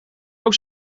ook